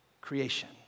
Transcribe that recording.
creation